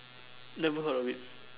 never heard of it